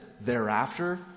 thereafter